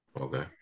Okay